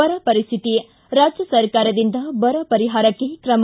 ಬರ ಪರಿಸ್ಟಿತಿ ರಾಜ್ಯ ಸರ್ಕಾರದಿಂದ ಬರ ಪರಿಹಾರಕ್ಕೆ ಕ್ರಮ